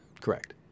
Correct